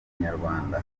inyarwanda